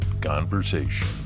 Conversation